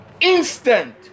instant